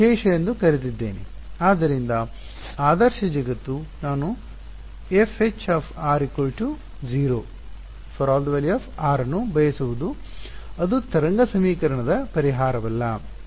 ಆದ್ದರಿಂದ ಆದರ್ಶ ಜಗತ್ತು ನಾನು FH 0 ∀ r ಅನ್ನು ಬಯಸುವುದು ಅದು ತರಂಗ ಸಮೀಕರಣದ ಪರಿಹಾರವಲ್ಲ